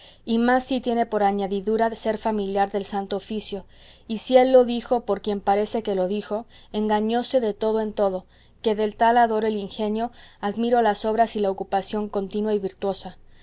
y más si tiene por añadidura ser familiar del santo oficio y si él lo dijo por quien parece que lo dijo engañóse de todo en todo que del tal adoro el ingenio admiro las obras y la ocupación continua y virtuosa